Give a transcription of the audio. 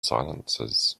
silences